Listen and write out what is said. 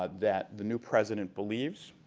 ah that the new president believes.